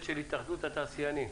של התאחדות התעשיינים.